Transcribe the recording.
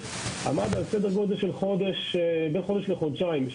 עמד על סדר גודל של בין חודש לחודשיים.